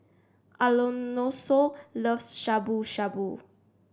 Alonso loves Shabu Shabu